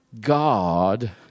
God